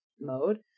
mode